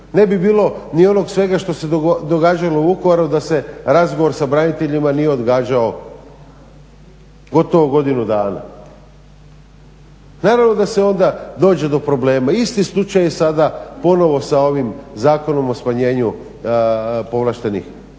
Ne bi bilo ni onog svega što se događalo u Vukovaru da se razgovor sa braniteljima nije odgađao gotovo godinu dana. Naravno da se onda dođe do problema. Isti slučaj je i sada ponovno sa ovim Zakonom o smanjenju povlaštenih